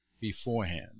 beforehand